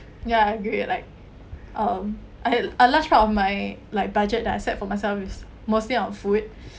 ya I agree like um I've a large part of my like budget that I set for myself is mostly on food